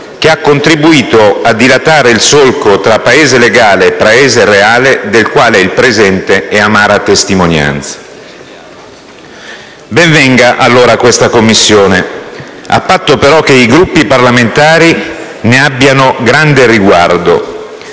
che ha contribuito a dilatare il solco tra Paese legale e Paese reale, del quale il presente è amara testimonianza. Ben venga allora questa Commissione, a patto però che i Gruppi parlamentari ne abbiano grande riguardo